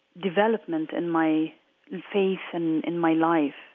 development in my faith and in my life,